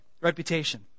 Reputation